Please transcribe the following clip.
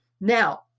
Now